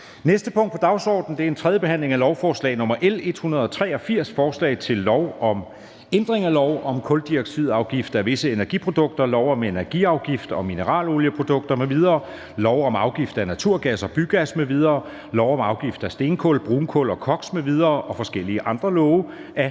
næste punkt på dagsordenen er: 33) 3. behandling af lovforslag nr. L 183: Forslag til lov om ændring af lov om kuldioxidafgift af visse energiprodukter, lov om energiafgift af mineralolieprodukter m.v., lov om afgift af naturgas og bygas m.v., lov om afgift af stenkul, brunkul og koks m.v. og forskellige andre love.